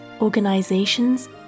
organizations